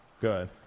good